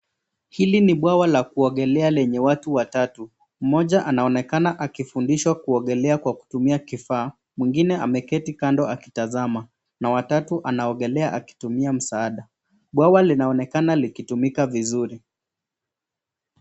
Hili ni bwawa la kuogelea lenye watu watatu. Mmoja anaonekana akifundishwa kuogelea kwa kutumia kifaa, mwingine ameketi kando akitazama na watau anaogelea akitumia msaada. Bwawa linaonekana likitumika vizuri.